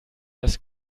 das